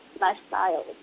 lifestyle